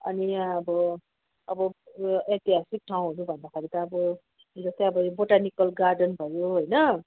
अनि अब अब एतिहासिक ठाउँहरू भन्दाखेरि त अब जस्तै अब बोटानिकल गार्डन भयो होइन